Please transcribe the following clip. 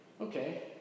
okay